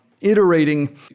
iterating